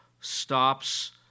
stops